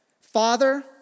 Father